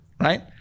right